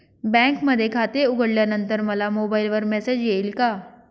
बँकेमध्ये खाते उघडल्यानंतर मला मोबाईलवर मेसेज येईल का?